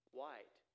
White